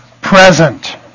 present